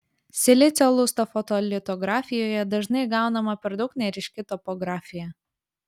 silicio lusto fotolitografijoje dažnai gaunama per daug neryški topografija